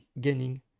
gaining